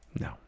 No